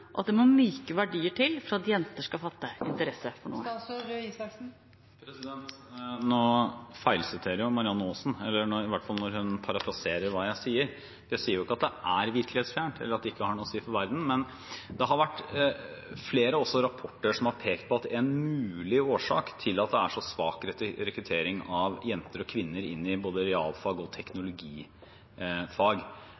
at det må myke verdier til for at jenter skal fatte interesse? Nå feilsiterer jo Marianne Aasen, i hvert fall når hun parafraserer hva jeg sier. Jeg sier ikke at det er virkelighetsfjernt, eller at det ikke har noe å si for verden. Men det har vært flere rapporter som har pekt på at en mulig årsak til at det er så svak rekruttering av jenter og kvinner til realfag og teknologifag, er at jenter i